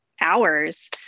hours